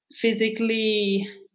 physically